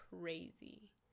crazy